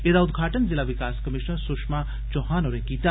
एह्दा उद्घाटन जिला विकास कमीशनर सुषमा चौहान होरें कीता